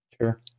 Sure